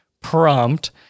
prompt